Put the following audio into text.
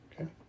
Okay